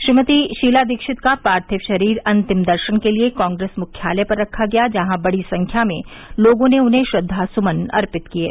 श्रीमती शीला दीक्षित का पार्थिव शरीर अंतिम दर्शन के लिये कांग्रेस मुख्यालय पर रखा गया जहां बड़ी संख्या में लोगों ने उन्हें श्रद्वासुमन अर्पित किये